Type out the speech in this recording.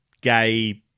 gay